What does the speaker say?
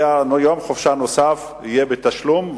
ויום החופשה הנוסף יהיה בתשלום,